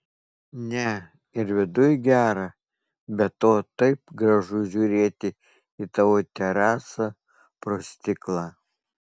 ne ir viduj gera be to taip gražu žiūrėti į tavo terasą pro stiklą